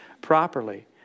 properly